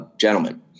gentlemen